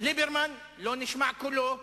ליברמן לא נשמע קולו,